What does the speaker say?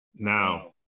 Now